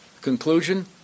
Conclusion